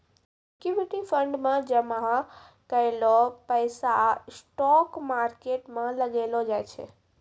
equity fund मे जामा कैलो पैसा स्टॉक मार्केट मे लगैलो जाय छै